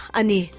ani